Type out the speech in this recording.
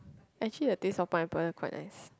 actually the taste of pineapple quite nice